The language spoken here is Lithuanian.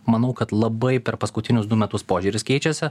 manau kad labai per paskutinius du metus požiūris keičiasi